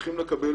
צריכים לקבל